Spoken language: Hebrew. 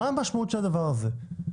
מה המשמעות של הדבר הזה?